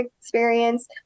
experience